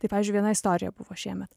tai pavyzdžiui viena istorija buvo šiemet